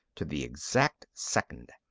to the exact second.